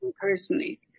personally